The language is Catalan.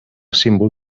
símbol